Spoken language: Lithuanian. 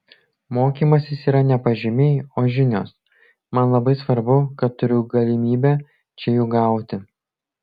mokymasis yra ne pažymiai o žinios man labai svarbu kad turiu galimybę čia jų gauti